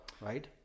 right